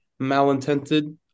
malintended